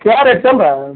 क्या रेट चल रहा है